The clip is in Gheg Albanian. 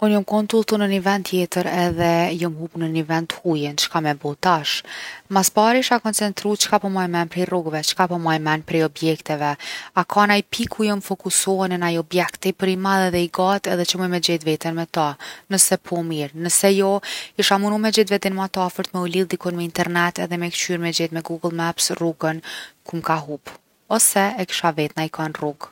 Unë jom tu udhtu në ni ven tjetër edhe jom hup në ni ven t’hujin, çka me bo tash? Mas pari isha koncetru çka po maj n’men prej rrugve, çka po maj n’men prej objekteve. A ka naj pikë ku jom fokusu unë, naj objekt tepër i madh edhe i gat’ edhe që muj me gjet’ veten me to. Nëse po mirë, nëse jo isha munu me gjetë venin ma t’afërt me u lidh dikun me internet edhe me kqyr me gjetë me Google maps rrugën ku m’ka hup, ose e kisha vet najkon n’rrugë.